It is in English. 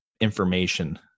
information